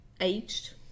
aged